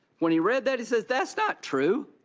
when he read that he says that's not true.